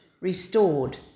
restored